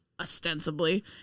ostensibly